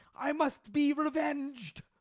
i must be revenged.